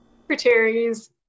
secretaries